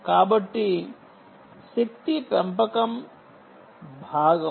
కాబట్టి శక్తి పెంపకం భాగం